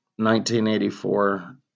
1984